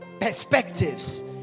perspectives